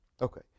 Okay